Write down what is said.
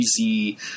easy